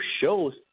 shows